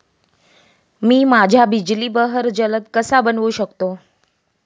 मी माझ्या बिजली बहर जलद कसा बनवू शकतो?